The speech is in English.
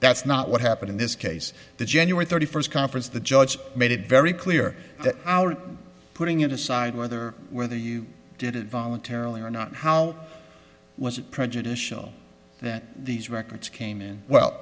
that's not what happened in this case the january thirty first conference the judge made it very clear that our putting it aside whether whether you did it voluntarily or not how was it prejudicial that these records came in